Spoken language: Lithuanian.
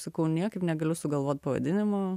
sakau niekaip negaliu sugalvot pavadinimo